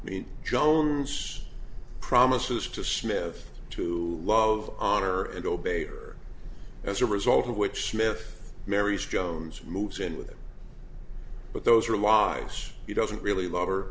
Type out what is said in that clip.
mean jones promises to smith to love honor and obey or as a result of which smith mary jones moves in with but those are lives he doesn't really love